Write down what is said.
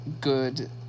good